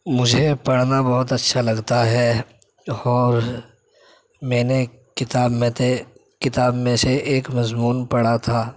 مجھے پڑھنا بہت اچھا لگتا ہے اور میں نے کتاب میں تھے کتاب میں سے ایک مضمون پڑھا تھا